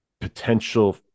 potential